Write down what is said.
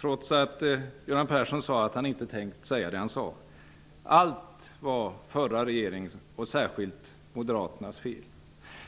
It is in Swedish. trots att Göran Persson sade att han inte tänkt säga det han sade. Allt var förra regeringens, och särskilt Moderaternas, fel.